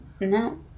No